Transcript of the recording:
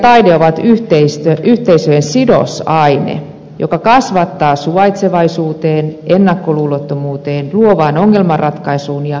kulttuuri ja taide ovat yhteisöjen sidosaine joka kasvattaa suvaitsevaisuuteen ennakkoluulottomuuteen luovaan ongelmanratkaisuun ja vastuullisuuteen